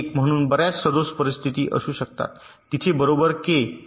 म्हणून बर्याच सदोष परिस्थिती असू शकतात तिथे बरोबर k के 1 तर तुम्ही पाहता की अगदी लहान सर्किटसाठी